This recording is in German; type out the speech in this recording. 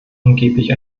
angeblich